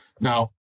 Now